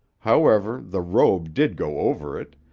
however, the robe did go over it,